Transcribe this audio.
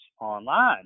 online